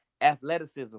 athleticism